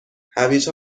هویج